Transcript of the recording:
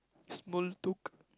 small talk